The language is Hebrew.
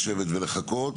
לשבת ולחכות,